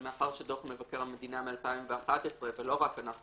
מאחר שדוח מבקר המדינה מ-2011 ולא רק אנחנו